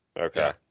Okay